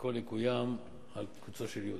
הכול יקוים על קוצו של יו"ד.